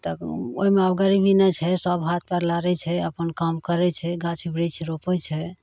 तऽ ओहिमे आब गरीबी नहि छै सब हाथ पाएर लाड़ै छै अपन काम करै छै गाछ बिरिछ रोपै छै